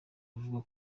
avuga